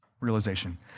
Realization